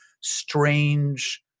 strange